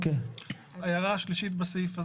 ההערה השלישית בסעיף הזה.